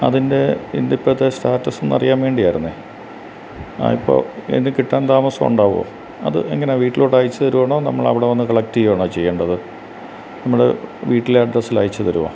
അതിൻ്റെ ഇന്നിപ്പോഴത്തെ സ്റ്റാറ്റസ് ഒന്നറിയാൻ വേണ്ടിയായിരുന്നേ ആ ഇപ്പോൾ ഇതു കിട്ടാൻ താമസം ഉണ്ടാകുമോ അത് എങ്ങനാ വീട്ടിലോട്ട് അയച്ചു തരുവാണോ നമ്മൾ അവിടെ വന്ന് കളക്റ്റ് ചെയ്യാണോ ചെയ്യേണ്ടത് നമ്മൾ വീട്ടിലെ അഡ്രസ്സിലയച്ചു തരുമോ